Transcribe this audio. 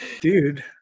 Dude